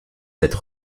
cette